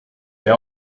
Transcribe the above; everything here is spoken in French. mais